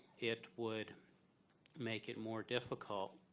it would make it more difficult